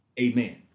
amen